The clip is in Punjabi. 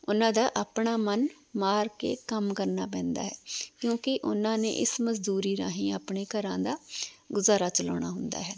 ਉਹਨਾਂ ਦਾ ਆਪਣਾ ਮਨ ਮਾਰ ਕੇ ਕੰਮ ਕਰਨਾ ਪੈਂਦਾ ਹੈ ਕਿਉਂਕਿ ਉਹਨਾਂ ਨੇ ਇਸ ਮਜ਼ਦੂਰੀ ਰਾਹੀਂ ਆਪਣੇ ਘਰਾਂ ਦਾ ਗੁਜ਼ਾਰਾ ਚਲਾਉਣਾ ਹੁੰਦਾ ਹੈ